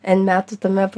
n metų tame